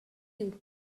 you